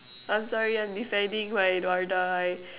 I'm sorry I'm defending my Wardah